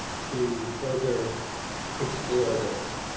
to further explore this.